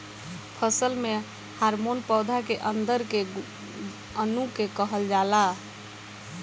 फसल में हॉर्मोन पौधा के अंदर के अणु के कहल जाला